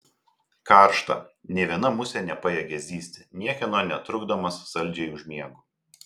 karšta nė viena musė nepajėgia zyzti niekieno netrukdomas saldžiai užmiegu